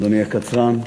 אדוני הקצרן,